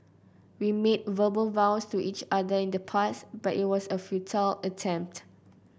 we made verbal vows to each other in the past but it was a futile attempt